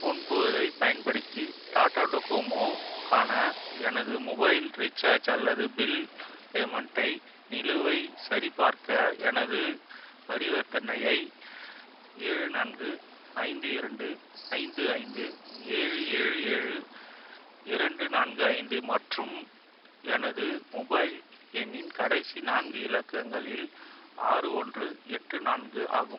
ஃபோன்பேவைப் பயன்படுத்தி டாடா டோகோமோ க்கான எனது மொபைல் ரீசார்ஜ் அல்லது பில் பேமெண்ட் நிலுவை சரிபார்க்க எனது பரிவர்த்தனையை ஏழு நான்கு ஐந்து இரண்டு ஐந்து ஐந்து ஏழு ஏழு ஏழு இரண்டு நான்கு ஐந்து மற்றும் எனது மொபைல் எண்ணின் கடைசி நான்கு இலக்கங்களில் ஆறு ஒன்று எட்டு நான்கு ஆகும்